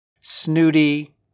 snooty